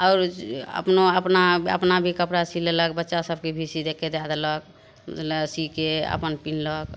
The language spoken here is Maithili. आओर जे अपनो अपना अपना भी कपड़ा सी लेलक बच्चा सबके भी सी दे के दए देलक मने अथीके अपन पिन्हलक